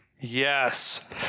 Yes